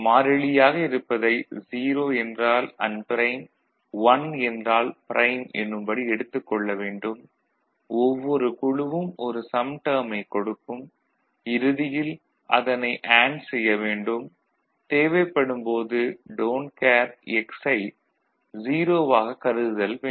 மாறிலியாக இருப்பதை 0 என்றால் அன்ப்ரைம் 1 என்றால் ப்ரைம் எனும்படி எடுத்துக் கொள்ள வேண்டும் ஒவ்வொரு குழுவும் ஒரு சம் டேர்ம்கைக் கொடுக்கும் இறுதியில் அதனை அண்டு செய்யவேண்டும் தேவைப்படும் போது டோன்ட் கேர் X ஐ 0 ஆகக் கருதுதல் வேண்டும்